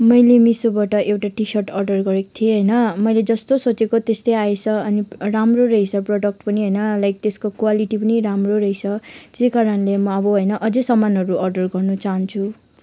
मैले मेसोबाट एउटा टी सर्ट अर्डर गरेको थिएँ होइन मैले जस्तो सोचैको त्यस्तै आएछ अनि राम्रो रहेछ प्रडक्ट पनि होइन लाइक तेसको क्वालिटी पनि राम्रो रहेछ त्यसै कारणले म अब होइन अझै समानहरू अर्डर गर्नु चाहन्छु